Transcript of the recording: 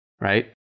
right